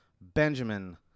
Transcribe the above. Benjamin